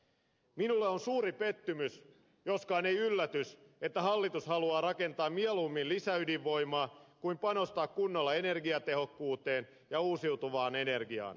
minulle on suuri pettymys joskaan ei yllätys että hallitus haluaa mieluummin rakentaa lisäydinvoimaa kuin panostaa kunnolla energiatehokkuuteen ja uusiutuvaan energiaan